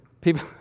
people